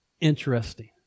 interesting